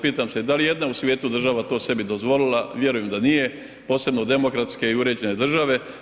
Pitam se da li je i jedna u svijetu država to sebi dozvolila, vjerujem da nije posebno demokratske i uređene države.